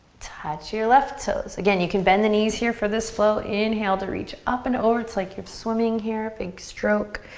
touch your left toes. again, you can bend the knees here for this flow. inhale to reach up and over. it's like you're swimming here, big stroke.